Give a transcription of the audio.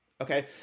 okay